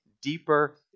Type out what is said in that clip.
deeper